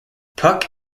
puck